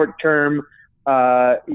short-term